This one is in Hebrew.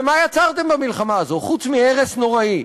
ומה באמת יצרתם במלחמה הזו חוץ מהרס נוראי,